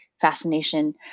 fascination